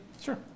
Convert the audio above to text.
Sure